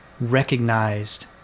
recognized